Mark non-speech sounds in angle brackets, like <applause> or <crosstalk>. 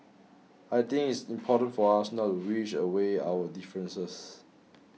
I think it's important for us not <unintelligible> wish away our differences